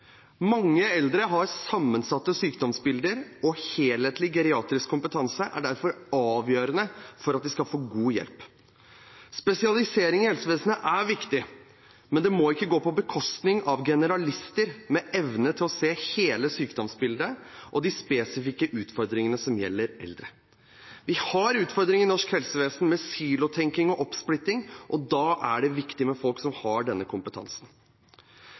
Mange eldre har sammensatte sykdomsbilder, og helhetlig geriatrisk kompetanse er derfor avgjørende for at de skal få god hjelp. Spesialisering i helsevesenet er viktig, men det må ikke gå på bekostning av generalister med evne til å se hele sykdomsbildet og de spesifikke utfordringene som gjelder eldre. Vi har utfordringer i norsk helsevesen med silotenking og oppsplitting, og da er det viktig med folk som har denne kompetansen.